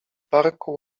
parku